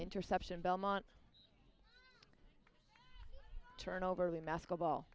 interception belmont turn over the mask of all